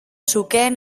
zukeen